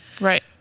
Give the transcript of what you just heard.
Right